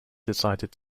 decided